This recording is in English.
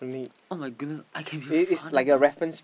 [oh]-my-goodness I can be a father now